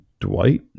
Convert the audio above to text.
Dwight